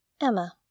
Emma